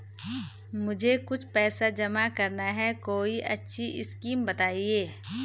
मुझे कुछ पैसा जमा करना है कोई अच्छी स्कीम बताइये?